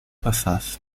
passasse